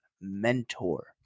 mentor